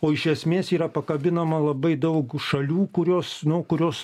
o iš esmės yra pakabinama labai daug šalių kurios nu kurios